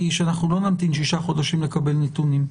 שאנחנו לא נמתין 6 חודשים לקבל נתונים,